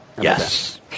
Yes